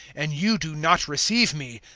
and you do not receive me.